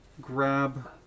grab